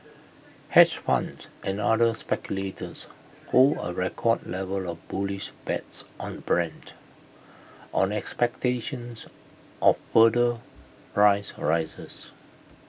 hedge funds and other speculators hold A record level of bullish bets on Brent on expectations of further price rises